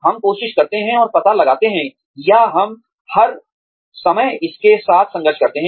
हम कोशिश करते हैं और पता लगाते हैं या हम हर समय इसके साथ संघर्ष करते हैं